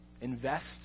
Invest